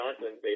Johnson